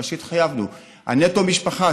מה שהתחייבנו בנטו משפחה,